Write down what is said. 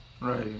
Right